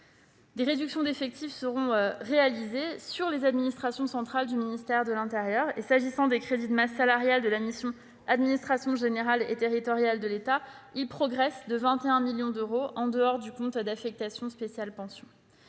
Des réductions d'effectifs seront néanmoins réalisées sur les administrations centrales du ministère de l'intérieur ... Les crédits de masse salariale de la mission « Administration générale et territoriale de l'État » progressent quant à eux de 21 millions d'euros, hors du compte d'affectation spéciale « Pensions